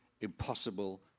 impossible